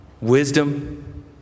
wisdom